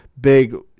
big